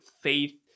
faith